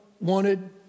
wanted